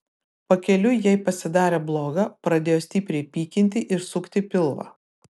pakeliui jai pasidarė bloga pradėjo stipriai pykinti ir sukti pilvą